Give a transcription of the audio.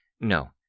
no